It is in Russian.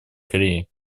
кореи